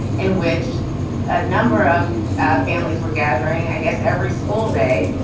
in which a number of families were gathering. i guess every school day.